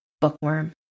bookworm